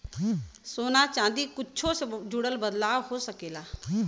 सोना चादी कुच्छो से जुड़ल बदलाव हो सकेला